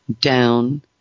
down